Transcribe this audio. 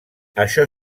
això